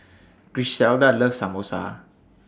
Griselda loves Samosa